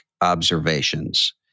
observations